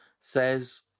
says